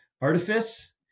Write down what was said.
artifice